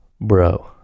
bro